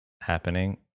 happening